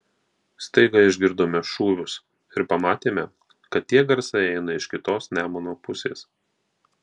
staiga išgirdome šūvius ir pamatėme kad tie garsai eina iš kitos nemuno pusės